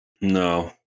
No